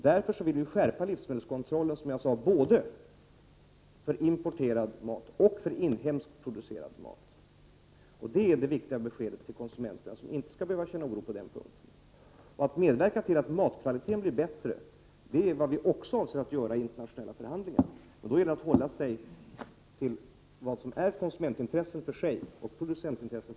Därför vill vi skärpa livsmedelskontrollen, som jag sade, både för importerad mat och för inhemskt producerad mat. Det är det viktiga beskedet till konsumenterna. De skall inte behöva känna oro på den punkten. Vi avser också att i internationella förhandlingar verka för att matkvaliteten skall bli bättre. Det gäller då att skilja på vad som är konsumentintressen och vad som är producentintressen.